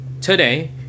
today